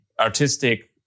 artistic